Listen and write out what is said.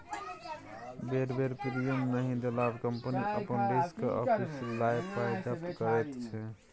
बेर बेर प्रीमियम नहि देला पर कंपनी अपन रिस्क आपिस लए पाइ जब्त करैत छै